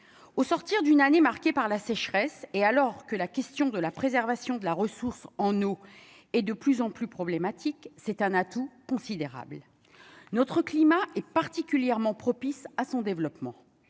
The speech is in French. au sortir d'une année marquée par la sécheresse et alors que la question de la préservation de la ressource en eau et de plus en plus problématique, c'est un atout considérable notre climat est particulièrement propice à son développement,